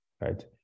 right